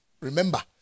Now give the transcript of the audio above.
Remember